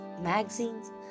magazines